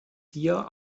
hier